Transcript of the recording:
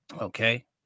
okay